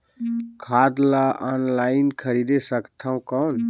खाद ला ऑनलाइन खरीदे सकथव कौन?